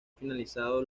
finalizado